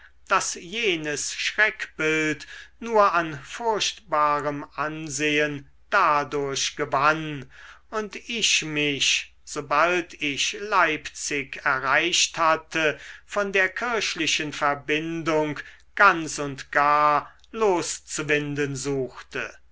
daß jenes schreckbild nur an furchtbarem ansehen dadurch gewann und ich mich sobald ich leipzig erreicht hatte von der kirchlichen verbindung ganz und gar loszuwinden suchte